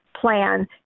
Plan